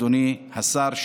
אדוני השר,